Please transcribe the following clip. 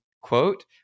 quote